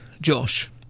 Josh